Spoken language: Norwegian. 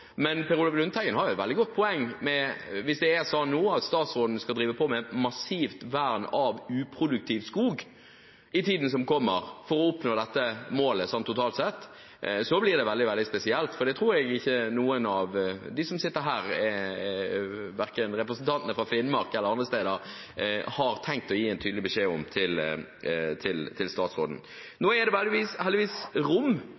Men Per Olaf Lundteigen har et veldig godt poeng: Hvis det er slik nå at statsråden skal drive et massivt vern av uproduktiv skog i tiden som kommer, for å oppnå dette målet, totalt sett, så blir det veldig spesielt, for det tror jeg ikke noen av dem som sitter her – verken representantene fra Finnmark eller andre steder – har tenkt å gi en tydelig beskjed om til statsråden. Nå er det heldigvis rom